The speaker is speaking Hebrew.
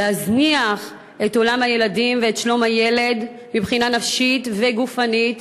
להזניח את עולם הילדים ואת שלום הילד מבחינה נפשית וגופנית,